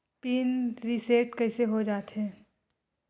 Pin reset कइसे हो जाथे?